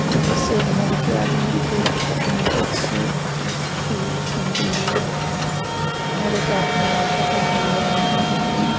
जइसे घरके आदमीके जानिते छिए अथी कमजोरी घरेके आदमी लङ्का डाह हो जाइ हइ